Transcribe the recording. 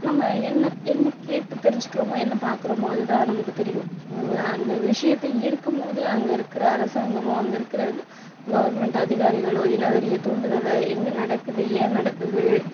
நம்ம என்ன என்ன கேட்டு தெரிஞ்சுக்கிறோமோ என்ன பார்க்குறமோ அதுதான் நமக்கு தெரியும் ஸோ அந்த விஷயத்த இருக்கும்போதே அங்கே இருக்கிற அரசாங்கமோ அங்கே இருக்கிற கவர்மெண்ட் அதிகாரிகளோ இனவெறியை தூண்டுதலோ எங்கே நடக்குது ஏன் நடக்குது